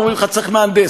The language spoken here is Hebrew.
אומרים לך: צריך מהנדס,